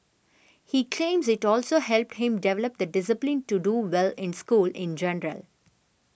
he claims it also helped him develop the discipline to do well in school in